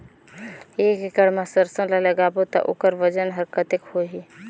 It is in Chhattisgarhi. एक एकड़ मा सरसो ला लगाबो ता ओकर वजन हर कते होही?